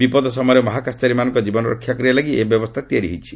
ବିପଦ ସମୟରେ ମହାକାଶଚାରୀମାନଙ୍କ ଜୀବନ ରକ୍ଷା କରିବା ଲାଗି ଏହି ବ୍ୟବସ୍ଥା ତିଆରି କରାଯାଇଛି